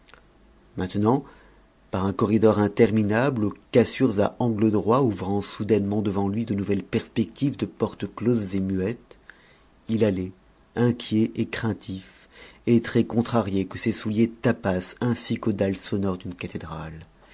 maintenant par un corridor interminable aux cassures à angle droit ouvrant soudainement devant lui de nouvelles perspectives de portes closes et muettes il allait inquiet et craintif et très contrarié que ses souliers tapassent ainsi qu'aux dalles sonores d'une cathédrale